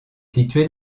situé